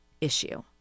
issue